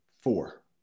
Four